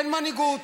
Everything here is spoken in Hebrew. אין מנהיגות.